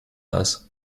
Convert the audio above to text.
alice